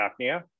apnea